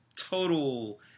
total